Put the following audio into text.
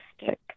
stick